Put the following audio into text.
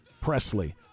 Presley